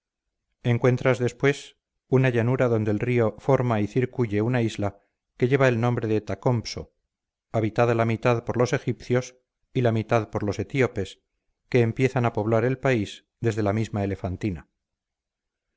schenos encuentras después una llanura donde el río forma y circuye una isla que lleva el nombre de tacompso habitada la mitad por los egipcios y la mitad por los etíopes que empiezan a poblar el país desde la misma elefantina